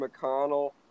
McConnell